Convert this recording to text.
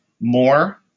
more